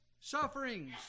sufferings